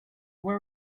where